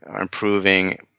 improving